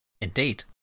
Indeed